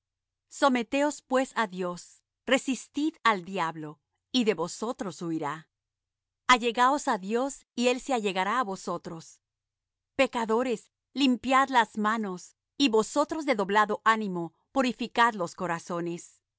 someteos pues á dios resistid al diablo y de vosotros huirá allegaos á dios y él se allegará á vosotros pecadores limpiad las manos y vosotros de doblado ánimo purificad los corazones